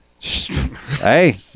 Hey